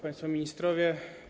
Państwo Ministrowie!